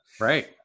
Right